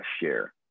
share